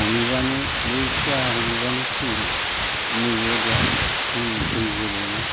हमहैब्लानो बै सुवाया नुब्लानो थैयोमोन नै बेबायदि आरो जों गोदो गेलेयोमोन